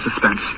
Suspense